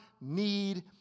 need